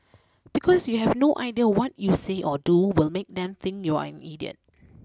because you have no idea what you say or do will make them think you're an idiot